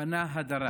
פנה הדרה.